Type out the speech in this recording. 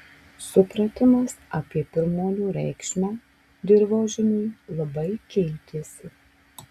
supratimas apie pirmuonių reikšmę dirvožemiui labai keitėsi